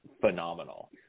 phenomenal